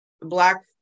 Black